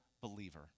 believer